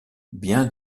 bien